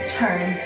turn